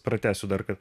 pratęsiu dar kad